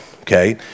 Okay